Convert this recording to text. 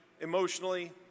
emotionally